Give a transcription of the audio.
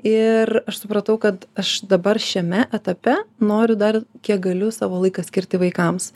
ir aš supratau kad aš dabar šiame etape noriu dar kiek galiu savo laiką skirti vaikams